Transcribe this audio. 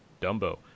Dumbo